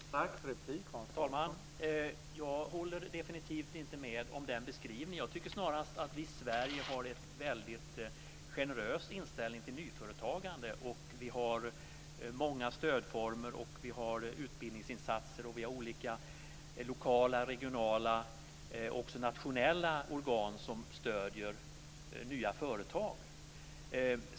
Herr talman! Jag håller definitivt inte med om den beskrivningen utan tycker att vi i Sverige snarare har en väldigt generös inställning till nyföretagande. Vi har många stödformer, utbildningsinsatser och olika lokala, regionala och också nationella organ som stöder nya företag.